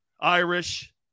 Irish